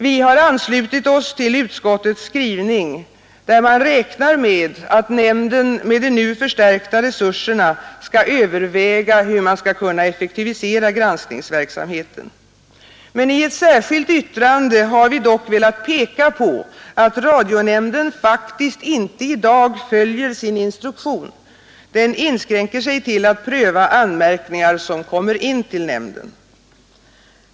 Vi har anslutit oss till utskottets skrivning, där man räknar med att nämnden med de nu förstärkta resurserna skall överväga hur man skall kunna effektivisera granskningsverksamheten. I ett särskilt yttrande har vi dock velat peka på att radionämnden faktiskt i dag inte följer sin instruktion; den inskränker sig till att pröva anmärkningar som kommer in till nämnden.